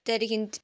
त्यहाँदेखि